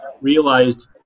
realized